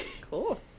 cool